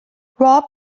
rob